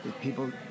people